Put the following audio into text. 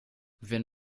wenn